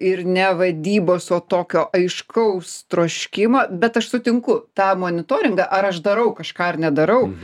ir ne vadybos o tokio aiškaus troškimo bet aš sutinku tą monitoringą ar aš darau kažką ar nedarau